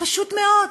פשוט מאוד,